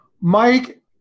Mike